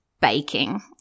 baking